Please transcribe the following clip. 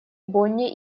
бонне